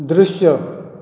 दृश्य